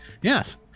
yes